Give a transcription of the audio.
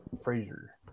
Fraser